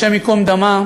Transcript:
השם ייקום דמה,